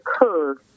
occurred